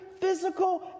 physical